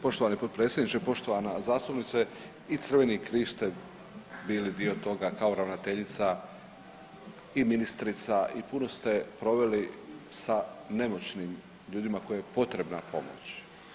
Poštovani potpredsjedniče, poštovana zastupnice i Crveni križ ste bili dio toga kao ravnateljica i ministrica i puno ste proveli sa nemoćnim ljudima kojima je potrebna pomoć.